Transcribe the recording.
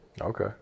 Okay